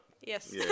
Yes